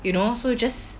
you know so just